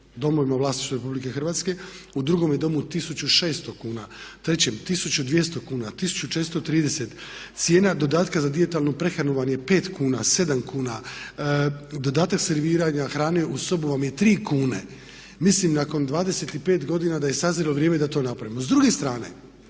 domovima u vlasništvu Republike Hrvatske, u drugome domu 1600 kuna, trećem 1200 kuna, 1430. Cijena dodatka za dijetalnu prehranu vam je 5 kuna, 7 kuna, dodatak serviranja hrane u sobu vam je 3 kune. Mislim nakon 25 godina da je sazrelo vrijeme da to napravimo.